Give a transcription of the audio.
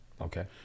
Okay